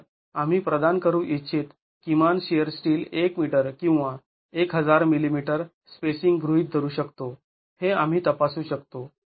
तर आम्ही प्रदान करू इच्छित किमान शिअर स्टील १ मीटर किंवा १००० मिलिमीटर स्पेसिंग गृहीत धरू शकतो हे आम्ही तपासू शकतो